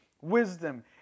wisdom